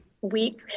week